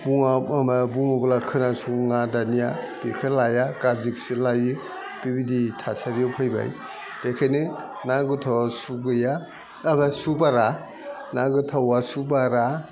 बुङा बुङोब्ला खोनासङा दानिया बेखो लाया गाज्रिखोसो लायो बिबायदि थासारियाव फैबाय बेखायनो ना गोथावा सु गैया सु बारा ना गोथावा सु बारा